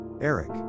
Eric